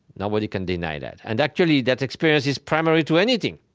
nobody can deny that. and actually, that experience is primary to anything.